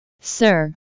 Sir